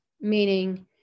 meaning